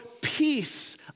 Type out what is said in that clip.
peace